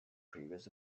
previous